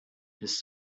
his